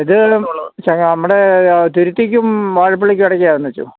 ഇത് നമ്മുടെ തിരുത്തിക്കും വാഴപ്പള്ളിക്കും ഇടയ്ക്കാണെന്ന് വെച്ചുകൊള്ളൂ